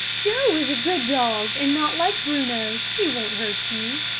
joe is a good dog, and not like bruno. he won't hurt you.